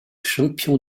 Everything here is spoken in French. champion